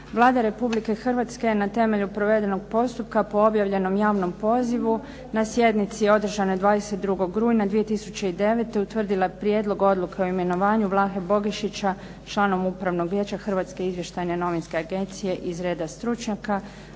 Vlada Republike Hrvatske je na temelju provedenog postupka po objavljenom javnom pozivu na sjednici održanoj 22. rujna 2009. utvrdila Prijedlog odluke o imenovanju Vlahe Bogišića članom Upravnog vijeća Hrvatske izvještajne novinske agencije iz reda stručnjaka.